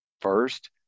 First